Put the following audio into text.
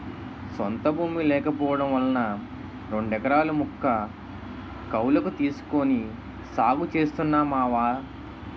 సొంత భూమి లేకపోవడం వలన రెండెకరాల ముక్క కౌలకు తీసుకొని సాగు చేస్తున్నా మావా